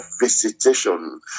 visitation